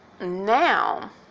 Now